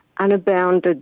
unabounded